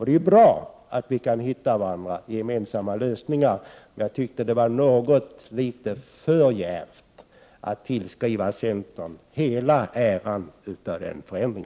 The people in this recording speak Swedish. Det är bra att vi kan hitta gemensamma lösningar, men jag tyckte det var något för djärvt att tillskriva centern hela äran av denna förändring.